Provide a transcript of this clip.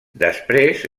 després